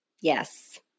Yes